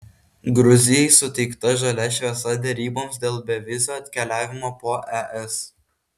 gruzijai suteikta žalia šviesa deryboms dėl bevizio keliavimo po es